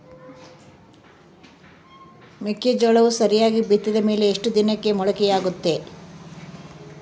ಮೆಕ್ಕೆಜೋಳವು ಸರಿಯಾಗಿ ಬಿತ್ತಿದ ಮೇಲೆ ಎಷ್ಟು ದಿನಕ್ಕೆ ಮೊಳಕೆಯಾಗುತ್ತೆ?